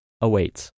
awaits